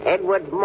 Edward